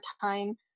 time